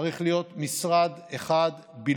צריך להיות משרד אחד בלבד